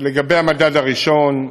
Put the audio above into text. לגבי המדד הראשון,